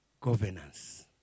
governance